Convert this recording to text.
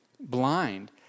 Blind